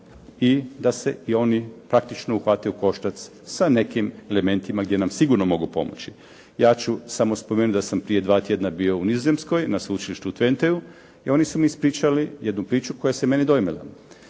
i da se i oni praktično uhvate u koštac sa nekim elementima gdje nam sigurno mogu pomoći. Ja ću samo spomenuti da sam prije 2 tjedna bio u Nizozemskoj na sveučilištu u Twenteu i oni su mi ispričali jednu priču koja se mene dojmila.